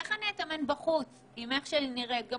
אותה אישה אמרה לי: איך אתאמן בחוץ בצורה שבה אני נראית?